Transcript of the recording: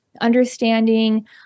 understanding